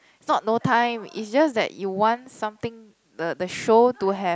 not no time it's just that you want something the the show to have